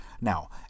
Now